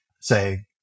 say